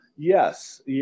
Yes